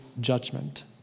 judgment